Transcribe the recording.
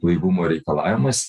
blaivumo reikalavimas